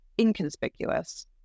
inconspicuous